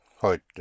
heute